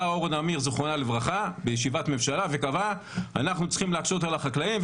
באה אורה נמיר ז"ל בישיבת ממשלה וקבעה שהם צריכים להקשות על החקלאים,